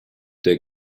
der